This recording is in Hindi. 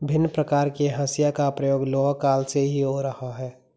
भिन्न प्रकार के हंसिया का प्रयोग लौह काल से ही हो रहा है